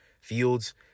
fields